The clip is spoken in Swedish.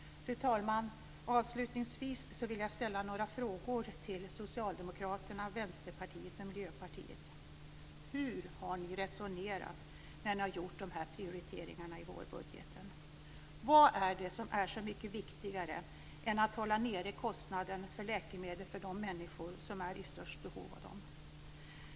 Fru talman! Avslutningsvis vill jag ställa några frågor till Socialdemokraterna, Vänsterpartiet och Miljöpartiet. Hur har ni resonerat när ni har gjort dessa prioriteringar i vårbudgeten? Vad är det som är så mycket viktigare än att hålla nere kostnaden för läkemedel för de människor som är i störst behov av dessa?